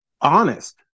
honest